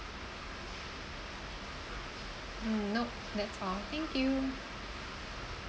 mm nope that's all thank you